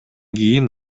кийин